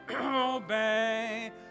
obey